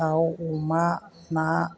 दाउ अमा ना